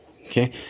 Okay